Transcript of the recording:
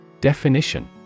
Definition